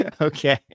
okay